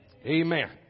Amen